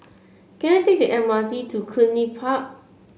can I take the M R T to Cluny Park